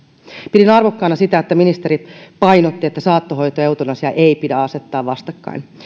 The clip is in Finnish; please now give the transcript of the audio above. pidin arvokkaana sitä että ministeri painotti että saattohoitoa ja eutanasiaa ei pidä asettaa vastakkain